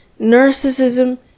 narcissism